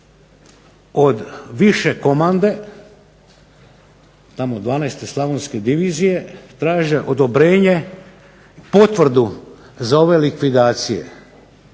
od više komande tamo 12. Slavonske divizije, traženje odobrenje, potvrdu za ove likvidacije.